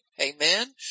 Amen